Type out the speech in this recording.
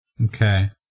Okay